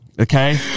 Okay